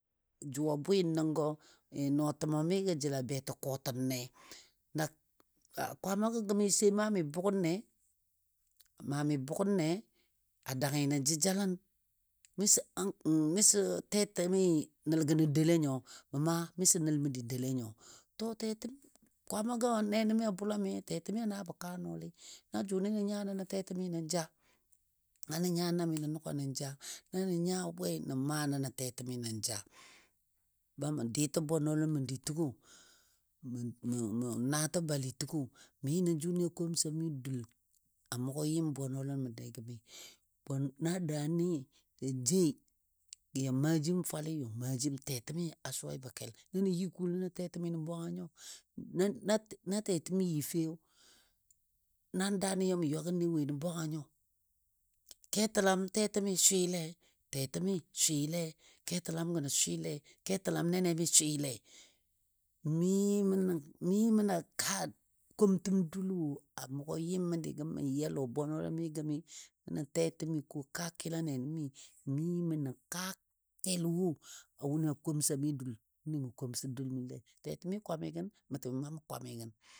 Jʊ bwɨ nəngo nɔɔtəmɔ mi gə jəla betɨ kɔtənle kwamgɔ gəmi sai maa mi bʊgəne maa mi bʊgəne, a dangɨ nən jəjalən miso tɛtɛmi nəl gənɔ doule nyo miso nəl məndi doule nyo. To tɛtɛmi kwamagɔ nɛnɛ a bʊlami tɛtɛmi a naabɔ kaa nɔɔli na jʊnɨ nə nya nəbɔ tɛtɛmi nən ja, na nə nya mami nə nʊga nən ja, na nə nya wei nə maa nənɔ tɛtɛmi nən ja. Be mə dɨtə bwenɔlən məndi təgo, mə naatə bali təgo, mi nən jʊni a komsa mi dul a mʊgo yɨm bwenɔlən məndi gəmina daani ja joui gə yɔn maajim fwali yɔ maajim tɛtɛmi a suwaibo kel. na nə yi kuul nəno tɛtɛmi nə bwanga nyo na tɛtɛmi yɨ fei na daani ya mə ywagənlei woi nə bwanga nyo, ketəlam tɛtɛmi swɨɨle, tɛtɛmi swɨɨle, ketəlam gəno swɨɨle, keta̱lam nɛnɛmi swɨɨle. Mi mə nən kaa komtəm dul wo a mʊgɔ yɨm məndi gəm mə yɨ a lɔ bwenɔlən mi gəmi, nənɔ tɛtɛmi ko kaa kɨla nɛnɛmi mimə nən kaa kel wo a wʊnɨ a komsa mi dul wʊnɨ ma komsa dul məndile, tɛtɛmi kwamigən mə təmi maa mə kwamigən.